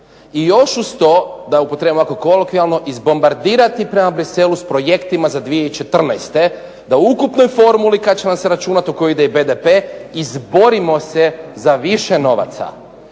i još uz to da upotrijebim ovako kolokvijalno izbombardirati prema Bruxellesu s projektima za 2014. da u ukupnoj formuli kad će nam se računati u koju ide i BDP izborimo se za više novaca.